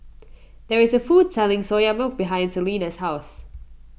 there is a food court selling Soya Milk behind Celena's house